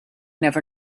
never